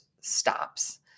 stops